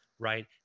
Right